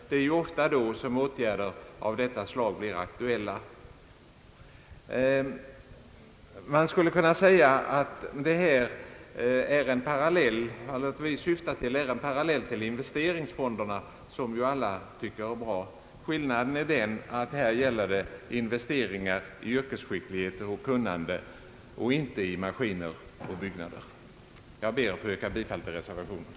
Det är ofta då som åtgärder av detta slag blir aktuella. Vad vi syftar till är en parallell till investeringsfonderna, som ju alla tycker är bra. Skillnaden är den att det här gäller investeringar i yrkesskicklighet och kunnande och inte i maskiner och byggnader. Jag ber, herr talman, att få yrka bifall till reservationen.